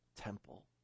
temple